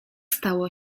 stało